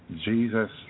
jesus